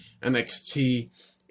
NXT